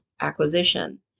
acquisition